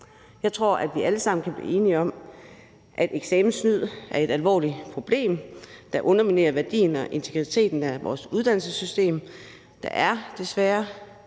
Jeg tror, at vi alle sammen kan blive enige om, at eksamenssnyd er et alvorligt problem, der underminerer værdien og integriteten af vores uddannelsesystem. Der er desværre